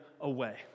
away